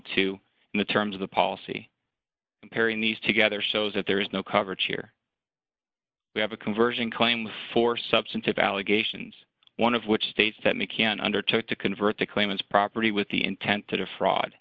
two and the terms of the policy comparing these together so that there is no coverage here we have a conversion claim for substantive allegations one of which states that mccann undertook to convert the claimant's property with the intent to defraud